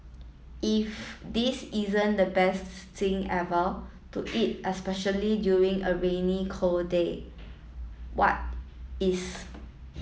if this isn't the best thing ever to eat especially during a rainy cold day what is